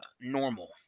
normal